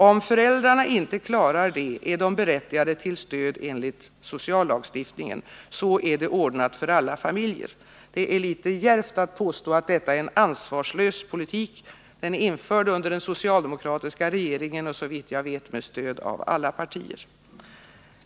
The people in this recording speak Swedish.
Om föräldrarna inte klarar det är de berättigade till stöd enligt sociallagstiftningen. Så är det ordnat för alla familjer. Det är litet djärvt att påstå att detta är en ansvarslös politik. Den är införd under den socialdemokratiska regeringen och såvitt jag vet med stöd av alla partier.